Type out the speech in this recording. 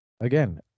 again